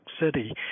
City